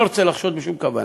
אני לא רוצה לחשוד בשום כוונה.